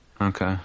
Okay